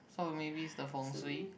so maybe it's the Feng-shui